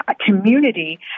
community